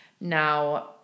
Now